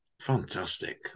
Fantastic